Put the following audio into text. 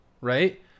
right